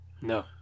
no